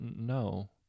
no